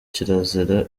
kirazira